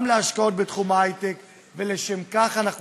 גם להשקעות בתחום ההיי-טק, ולשם כך אנחנו צריכים,